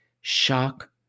shock